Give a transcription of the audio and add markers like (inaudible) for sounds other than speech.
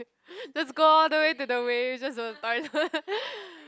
(breath) let's go all the way to the waves just to the toilet (laughs)